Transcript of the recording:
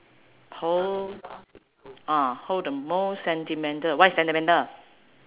hold ah hold the most sentimental what is sentimental